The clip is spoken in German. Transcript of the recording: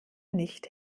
nicht